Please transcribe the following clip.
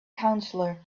counselor